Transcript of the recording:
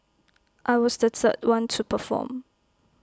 I was the third one to perform